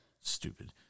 Stupid